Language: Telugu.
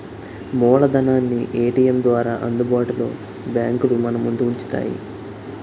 మూలధనాన్ని ఏటీఎం ద్వారా అందుబాటులో బ్యాంకులు మనముందు ఉంచుతాయి